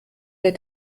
der